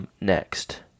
Next